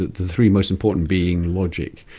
the three most important being logic,